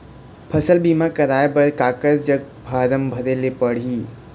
फसल बीमा कराए बर काकर जग फारम भरेले पड़ही?